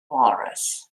walrus